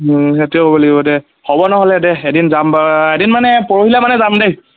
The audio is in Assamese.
সেইটোৱ কৰি লাগিব দেই হ'ব নহ'লে দেই এদিন যাম বা এদিন মানে পৰহিলে মানে যাম দেই